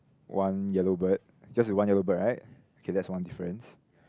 one yellow bird yours is one yellow bird right okay that's one difference